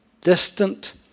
distant